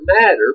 matter